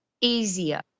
easier